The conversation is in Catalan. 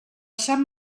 sant